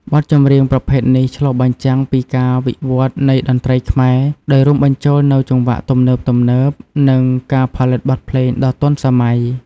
បទចម្រៀងប្រភេទនេះឆ្លុះបញ្ចាំងពីការវិវត្តន៍នៃតន្ត្រីខ្មែរ ដោយរួមបញ្ចូលនូវចង្វាក់ទំនើបៗ និងការផលិតបទភ្លេងដ៏ទាន់សម័យ។